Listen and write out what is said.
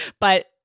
But-